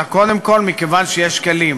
אלא קודם כול מכיוון שיש כלים.